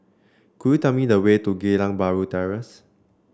could you tell me the way to Geylang Bahru Terrace